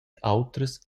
autras